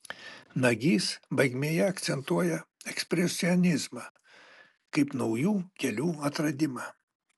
nagys baigmėje akcentuoja ekspresionizmą kaip naujų kelių atradimą